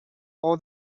all